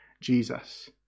Jesus